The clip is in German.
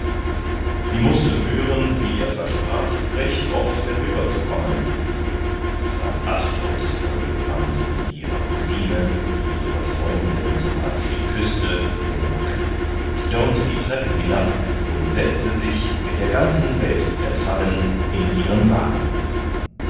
sie mußte hören wie er versprach recht oft herüberzukommen verachtungsvoll wandte sie ihrer cousine die ihre freundinnen zum abschied küßte den rücken stürmte die treppe hinab und setzte sich mit der ganzen welt zerfallen in ihren wagen